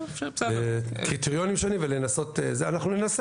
בקריטריונים שונים ולנסות ננסה.